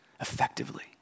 effectively